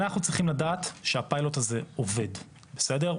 אנחנו צריכים לדעת שהפיילוט הזה עובד, בסדר?